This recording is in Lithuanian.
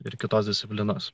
ir kitos disciplinos